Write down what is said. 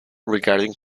regarding